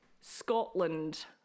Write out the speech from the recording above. Scotland